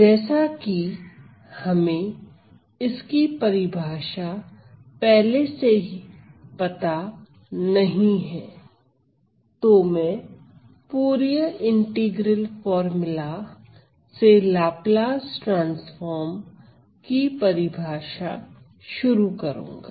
जैसे कि हमें इसकी परिभाषा पहले से पता नहीं है तो मैं फूरिये इंटीग्रल फॉर्मूला से लाप्लास ट्रांसफार्म की परिभाषा शुरू करूंगा